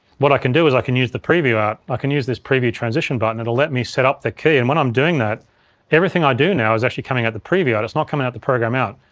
what i can do is i can use the preview out. i can use this preview transition button and it'll let me set up the key and when i'm doing that everything i do now is actually coming out the preview out, it's not coming out the program out.